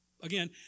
again